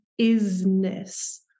isness